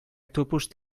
tupust